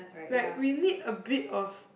like we need a bit of